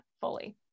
fully